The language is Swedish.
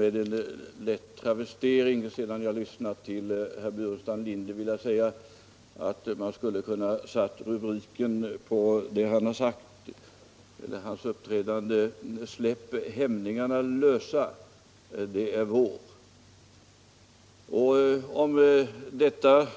Med en lätt travestering skulle jag, sedan jag lyssnat till herr Burenstam Linder, vilja säga att man som rubrik för hans uppträdande hade kunnat sätta: Släpp hämningarna lösa, det är vår! Om detta